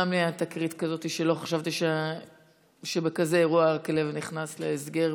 גם לי הייתה תקרית כזאת שלא חשבתי שבכזה אירוע כלב נכנס להסגר,